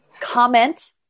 comment